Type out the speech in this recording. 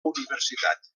universitat